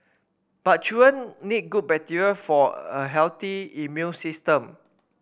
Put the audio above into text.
but children need good bacteria for a healthy immune system